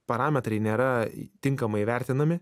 parametrai nėra tinkamai įvertinami